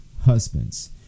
husbands